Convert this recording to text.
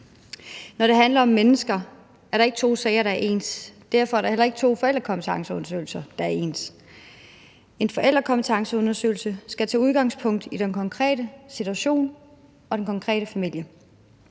Når det handler om mennesker, er der ikke to sager, der er ens, og derfor er der heller ikke to forældrekompetenceundersøgelser, der er ens. En forældrekompetenceundersøgelse skal tage udgangspunkt i den konkrete situation og den konkrete familie.